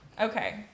Okay